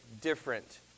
different